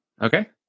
Okay